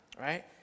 right